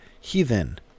Heathen